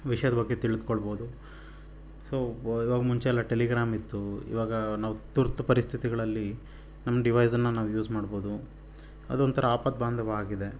ವಿಷಯದ ಬಗ್ಗೆ ತಿಳಿದ್ಕೋಳ್ಬೋದು ಸೊ ಇವಾಗ ಮುಂಚೆ ಎಲ್ಲ ಟೆಲಿಗ್ರಾಂ ಇತ್ತು ಇವಾಗ ನಾವು ತುರ್ತು ಪರಿಸ್ಥಿತಿಗಳಲ್ಲಿ ನಮ್ಮ ಡಿವೈಸ್ ಅನ್ನು ನಾವು ಯೂಸ್ ಮಾಡ್ಬೋದು ಅದೊಂಥರ ಆಪತ್ಬಾಂಧವ ಆಗಿದೆ